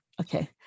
okay